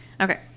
Okay